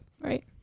Right